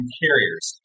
carriers